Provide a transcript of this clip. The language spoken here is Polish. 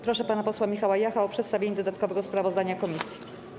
Proszę pana posła Michała Jacha o przedstawienie dodatkowego sprawozdania komisji.